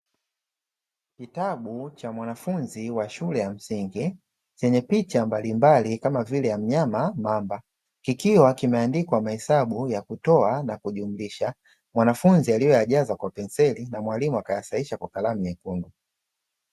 Kitabu cha mwanafunzi wa shule ya msingi chenye picha mbalimbali kama vile ya mnyama mamba kikiwa kimeandikwa mahesabu ya kutoa na kujumlisha, mwanafunzi aliyoyajaza kwa penseli na mwalimu akayasahihisha kwa kalamu nyekundu.